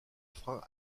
freins